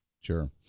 Sure